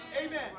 Amen